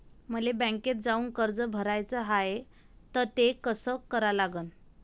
मले बँकेत जाऊन कर्ज भराच हाय त ते कस करा लागन?